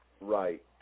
Right